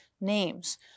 names